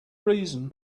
reason